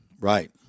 right